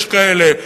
יש כאלה,